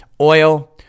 Oil